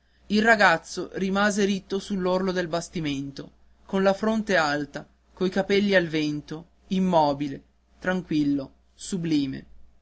il ragazzo rimase ritto sull'orlo del bastimento con la fronte alta coi capelli al vento immobile tranquillo sublime